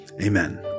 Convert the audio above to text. Amen